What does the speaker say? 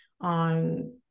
on